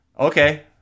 Okay